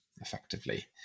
effectively